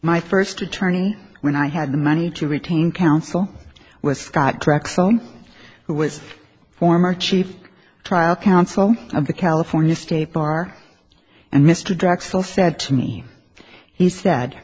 my first attorney when i had the money to retain counsel was scott drexel who was a former chief trial counsel of the california state bar and mr drexel said to me he said